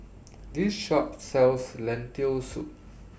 This Shop sells Lentil Soup